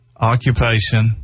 occupation